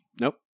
Nope